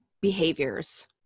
behaviors